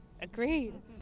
agreed